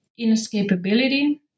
inescapability